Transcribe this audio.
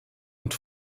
und